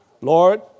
Lord